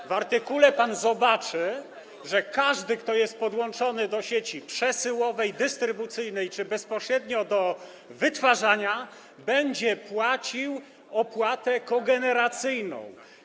W tym artykule pan zobaczy, że każdy, kto jest podłączony do sieci przesyłowej, dystrybucyjnej czy bezpośrednio do wytwarzania, będzie płacił opłatę kogeneracyjną.